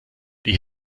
die